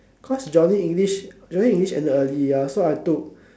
because Johnny English Johnny English end early ya so I took